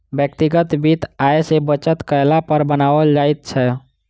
व्यक्तिगत वित्त आय सॅ बचत कयला पर बनाओल जाइत छै